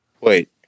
Wait